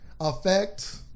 affect